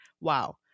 Wow